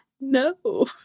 No